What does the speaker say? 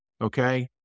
okay